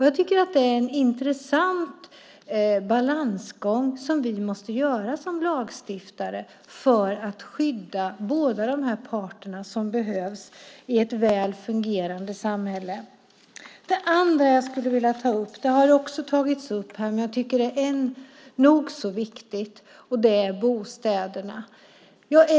Jag tycker att det är en intressant balansgång som vi måste göra som lagstiftare för att skydda båda de här parterna i ett väl fungerande samhälle. Det andra är en sak som har tagits upp av andra men som jag tycker är nog så viktig, och det gäller bostäderna.